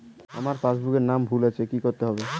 আমার পাসবুকে নাম ভুল আছে কি করতে হবে?